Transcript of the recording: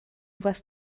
was